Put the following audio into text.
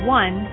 one